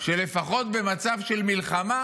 שלפחות במצב של מלחמה